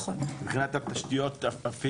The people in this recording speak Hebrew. דוגמה לשירות שמשרד התחבורה עמל רבות על פיתוח שלו.